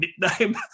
nickname